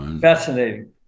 Fascinating